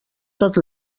tot